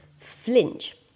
flinch